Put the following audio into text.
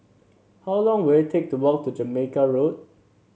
how long will it take to walk to Jamaica Road